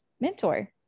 mentor